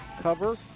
cover